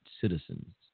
citizens